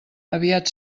aviat